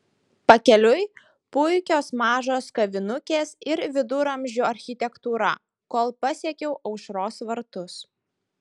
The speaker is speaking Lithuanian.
pakeliui puikios mažos kavinukės ir viduramžių architektūra kol pasiekiau aušros vartus